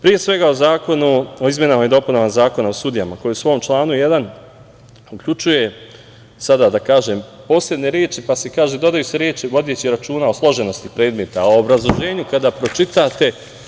Pre svega, Zakon o izmenama i dopunama Zakona o sudijama koji u svom članu 1. uključuje sada, da kažem, posebne reči, pa se kaže – dodaju se reči vodeći računa o složenosti predmeta, a u obrazloženju kada pročitate…